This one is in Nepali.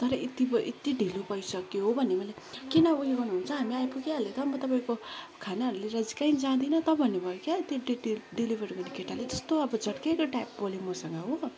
तर यति यति ढिलो भइसक्यो भने मैले किन उयो गर्नुहुन्छ हामी आइपुगि हाले त म तपाईँको खानाहरू लिएर चाहिँ काहीँ जाँदिन त भन्नु भयो क्या त्यो त्यो डेलिभर गर्ने केटाले त्यस्तो अब झर्केको टाइप बोल्यो मँसग हो